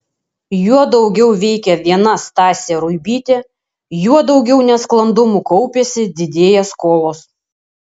juo daugiau veikia viena stasė ruibytė juo daugiau nesklandumų kaupiasi didėja skolos